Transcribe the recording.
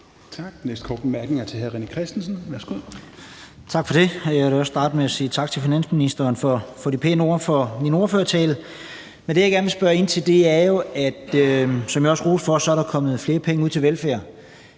Christensen. Værsgo. Kl. 16:38 René Christensen (DF): Tak for det. Jeg vil da også starte med at sige tak til finansministeren for de pæne ord om min ordførertale. Men det, jeg gerne vil spørge ind til, vedrører jo, hvilket jeg også roste, at der er kommet flere penge ud til velfærd.